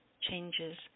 changes